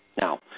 Now